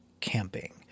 camping